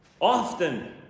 often